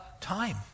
time